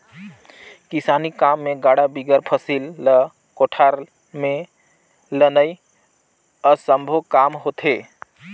किसानी काम मे गाड़ा बिगर फसिल ल कोठार मे लनई असम्भो काम होथे